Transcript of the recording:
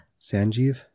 Sanjeev